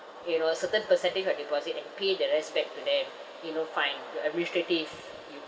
you know a certain percentage like deposit and pay the rest back to them you know fine the administrative you